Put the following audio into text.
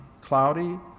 cloudy